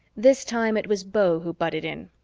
this time it was beau who butted in.